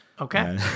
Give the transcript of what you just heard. Okay